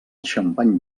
xampany